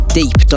deep